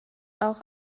auch